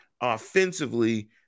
offensively